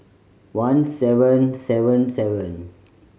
one seven seven seven